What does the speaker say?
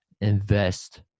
invest